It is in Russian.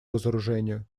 разоружению